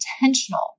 intentional